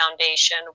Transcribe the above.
foundation